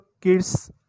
kids